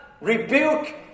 rebuke